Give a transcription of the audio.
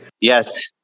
Yes